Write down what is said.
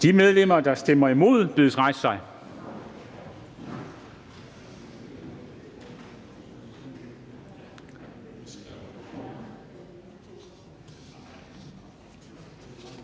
De medlemmer, der stemmer imod, bedes rejse sig.